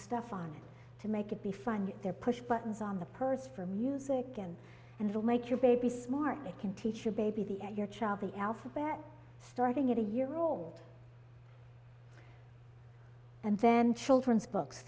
stuff on to make it be fun there push buttons on the purse for music and and it will make your baby smart it can teach your baby at your child the alphabet starting at a year old and then children's books